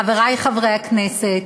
חברי חברי הכנסת,